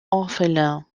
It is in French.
orphelin